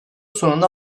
sonunda